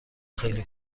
خیلی